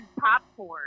popcorn